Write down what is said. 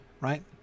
right